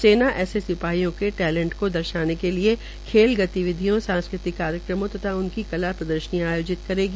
सेना ऐसे खिलाड़ियों के टेलेंट का दर्शाने के लिए रवेल गतिविधियां सास्कृतिक कार्यक्रम तथा उनकी कला पदर्शनियां आयोजित करेगी